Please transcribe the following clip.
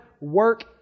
work